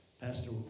Pastor